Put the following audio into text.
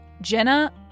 Jenna